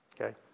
Okay